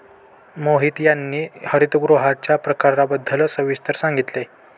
मोहित यांनी हरितगृहांच्या प्रकारांबद्दल सविस्तर सांगितले